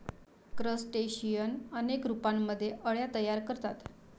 crustacean अनेक रूपांमध्ये अळ्या तयार करतात